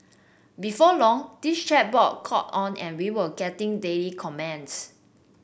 before long this chat board caught on and we were getting daily comments